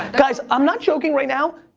guys i'm not joking right now.